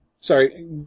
Sorry